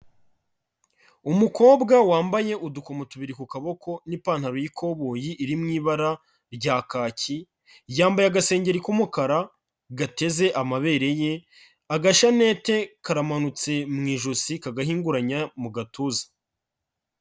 Umukobwa wambaye udukomo tubiri ku kaboko n'ipantaro y'ikoboyi iri mu ibara rya kaki, yambaye agasengeri k'umukara gateze amabere ye, agashanete karamanutse mu ijosi kagahinguranya mu gatuza.